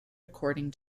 according